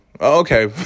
Okay